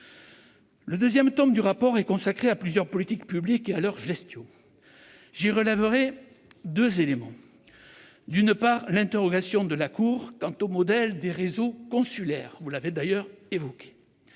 Le second tome du rapport est consacré à plusieurs politiques publiques et à leur gestion. J'y relèverai deux éléments. D'une part, l'interrogation de la Cour quant au modèle des réseaux consulaires, que vous avez évoqué.